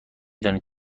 دانید